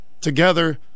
together